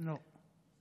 לא.